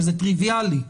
שזה טריוויאלי,